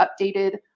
updated